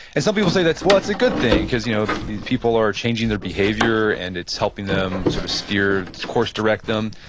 and some people say, well well that's a good thing, because you know these people are changing their behavior and it's helping them sort of steer, course direct them.